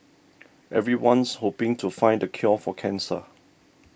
everyone's hoping to find the cure for cancer